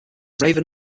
raven